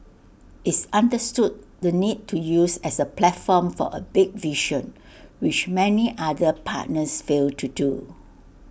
it's understood the need to use as A platform for A big vision which many other partners fail to do